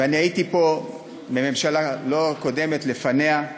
ואני הייתי פה בממשלה, לא הקודמת, לפניה,